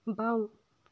বাওঁ